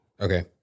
Okay